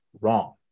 wrong